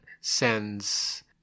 sends